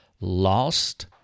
lost